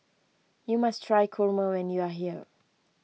you must try Kurma when you are here